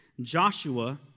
Joshua